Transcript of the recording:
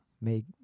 make